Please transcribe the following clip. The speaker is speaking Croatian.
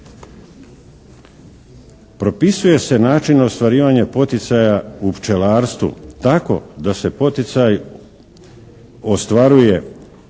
Propisuje se način ostvarivanja poticaja u pčelarstvu tako da se poticaj ostvaruje za pčelinje